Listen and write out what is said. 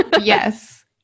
yes